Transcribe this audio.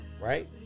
Right